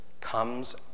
comes